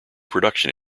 production